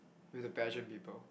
with the pageant people